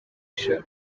joro